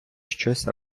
щось